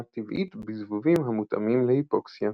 הטבעית בזבובים המותאמים להיפוקסיה.